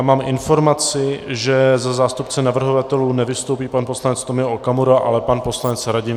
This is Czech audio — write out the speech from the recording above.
Mám informaci, že za zástupce navrhovatelů nevystoupí pan poslanec Tomio Okamura, ale pan poslanec Radim Fiala.